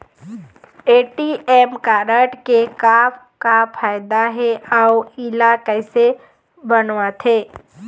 ATM card के का फायदा हे अऊ इला कैसे बनवाथे?